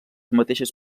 mateixes